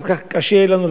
ואחר כך קשה יהיה לנו,